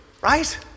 Right